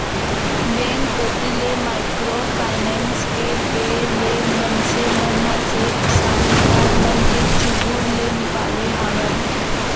bank कोती ले micro finance के देय ले मनसे मन ह सेठ साहूकार मन के चुगूल ले निकाले हावय